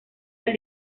del